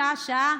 שעה-שעה.